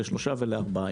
לשלושה וארבעה.